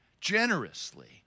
generously